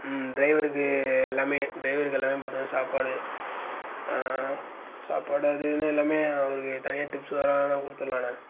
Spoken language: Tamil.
ம் டிரைவருக்கு எல்லாமே டிரைவருக்கு எல்லாமே பார்த்துக்குலாம் சாப்பாடு சாப்பாடு அது இதுன்னு எல்லாமே அவருக்கு தனியாக டிப்ஸ் வேணால் கொடுத்துட்லாண்ண